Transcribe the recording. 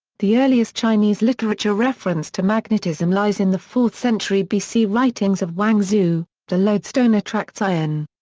the earliest chinese literature reference to magnetism lies in the fourth century bc writings of wang xu the lodestone attracts iron.